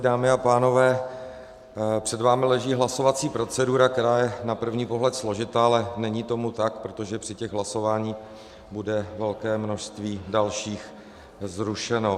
Dámy a pánové, před vámi leží hlasovací procedura, která je na první pohled složitá, ale není tomu tak, protože při těch hlasováních bude velké množství dalších zrušeno.